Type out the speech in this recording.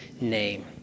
name